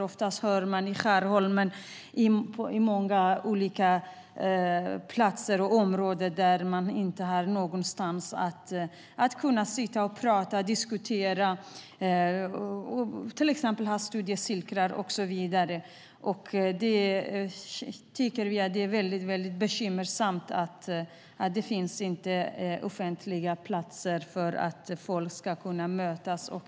I till exempel Skärholmen finns inte platser eller områden där de kan sitta och prata, diskutera, ha studiecirklar och så vidare. Det är bekymmersamt att det inte finns offentliga platser för möten.